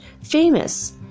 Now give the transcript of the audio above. famous